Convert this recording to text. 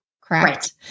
correct